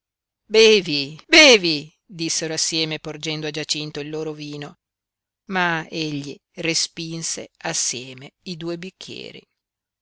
bevi bevi dissero assieme porgendo a giacinto il loro vino ma egli respinse assieme i due bicchieri